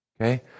Okay